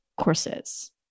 courses